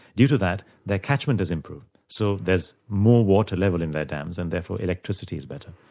due to that their catchment has improved, so there's more water level in their dams and therefore electricity is better.